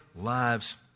lives